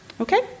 Okay